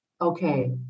Okay